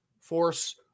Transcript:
Force